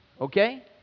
Okay